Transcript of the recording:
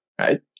right